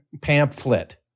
Pamphlet